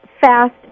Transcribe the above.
fast